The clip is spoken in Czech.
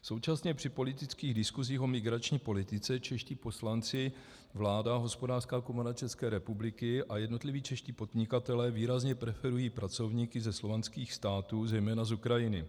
Současně při politických diskuzích o migrační politice čeští poslanci, vláda, Hospodářská komora České republiky a jednotliví čeští podnikatelé výrazně preferují pracovníky ze slovanských států, zejména z Ukrajiny.